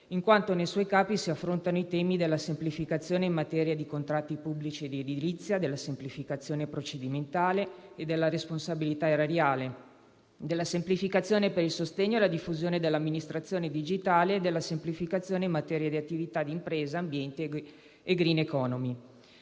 in quanto nei suoi capi si affrontano i temi della semplificazione in materia di contratti pubblici e di edilizia, della semplificazione procedimentale e della responsabilità erariale, della semplificazione per il sostegno e la diffusione dell'amministrazione digitale e della semplificazione in materia di attività di impresa, ambiente e *green economy*.